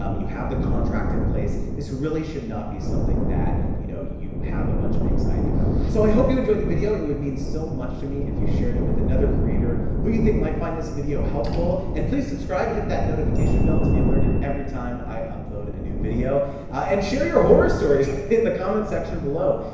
um you have the contract in place. this really should not be something that, you know you have a bunch of anxiety about. so i hope you enjoyed the video. it would mean so much to me if you shared it with another creator, who you think might find this video helpful and please subscribe, hit that notification bell to be alerted every time i upload a new video and share your horror stories in the comments section below.